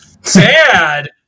Sad